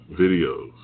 videos